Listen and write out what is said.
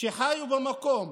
שחיו במקום,